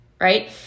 Right